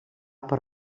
per